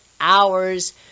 hours